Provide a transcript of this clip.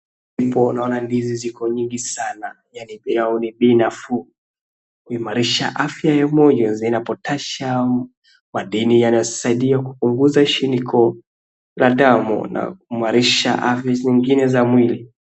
Hapo unaona ndizi ziko nyingi sana, yaani bei yao ni bei nafuu kuimarisha afya ya umoja. Zinapotasha ndizi, zinasaidia kupunguza shiniko la damu na kuimarisha afya zingine za mwili.